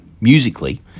musically